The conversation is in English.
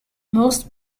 most